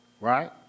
right